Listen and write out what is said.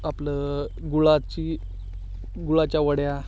आपलं गुळाची गुळाच्या वड्या